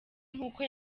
nk’uko